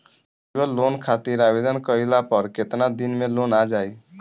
Festival loan खातिर आवेदन कईला पर केतना दिन मे लोन आ जाई?